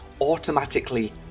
automatically